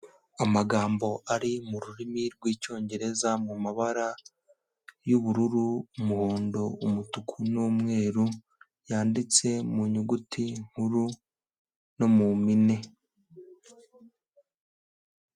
Amagambo ari mu rurimi rw'icyongereza mu mabara y'ubururu, umuhondo, umutuku n'umweru, yanditse mu nyuguti nkuru no mu mpine.